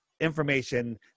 information